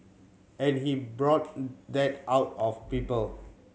and he brought that out of people